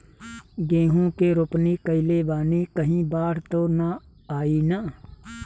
गेहूं के रोपनी कईले बानी कहीं बाढ़ त ना आई ना?